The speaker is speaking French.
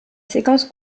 séquence